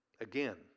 Again